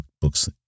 books